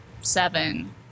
seven